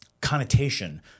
connotation